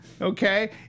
okay